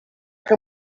que